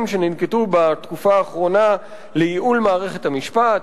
שננקטו בתקופה האחרונה לייעול מערכת המשפט,